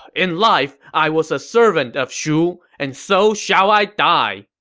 in life i was a servant of shu, and so shall i die!